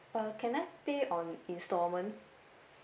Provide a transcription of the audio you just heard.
uh can I pay on instalment